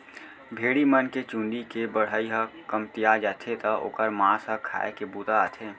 भेड़ी मन के चूंदी के बढ़ई ह कमतिया जाथे त ओकर मांस ह खाए के बूता आथे